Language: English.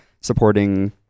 supporting